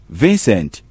vincent